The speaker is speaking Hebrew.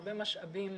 הרבה משאבים